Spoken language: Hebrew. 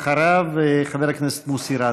אחריו, חבר הכנסת מוסי רז.